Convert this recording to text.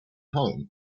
home